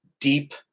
deep